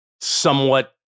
somewhat